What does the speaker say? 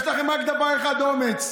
יש לכם רק בדבר אחד אומץ,